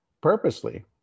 purposely